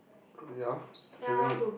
uh ya carry on